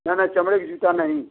ना ना चमड़े के जूता नहीं